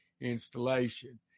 installation